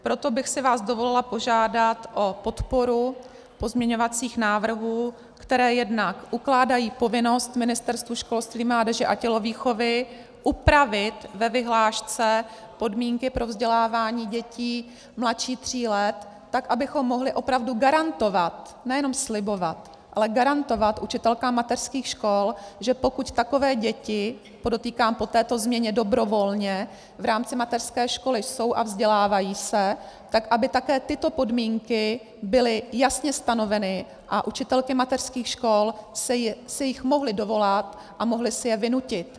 Proto bych si vás dovolila požádat o podporu pozměňovacích návrhů, které jednak ukládají povinnost Ministerstvu školství, mládeže a tělovýchovy upravit ve vyhlášce podmínky pro vzdělávání dětí mladších tří let, abychom mohli opravdu garantovat, nejenom slibovat, ale garantovat učitelkám mateřských škol, že pokud takové děti, podotýkám, po této změně dobrovolně v rámci mateřské školy jsou a vzdělávají se, tak aby také tyto podmínky byly jasně stanoveny a učitelky mateřských škol se jich mohli dovolat a mohly si je vynutit.